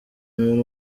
umuntu